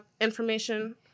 information